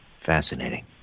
Fascinating